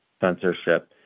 censorship